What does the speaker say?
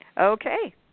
Okay